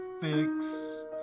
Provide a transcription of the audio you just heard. fix